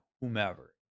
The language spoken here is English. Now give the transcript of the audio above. whomever